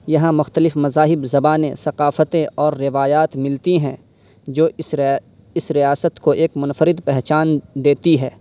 یہاں مختلف مذاہب زبانیں ثقافتیں اور روایات ملتی ہیں جو اس اس ریاست کو ایک منفرد پہچان دیتی ہے